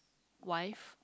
wife